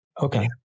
Okay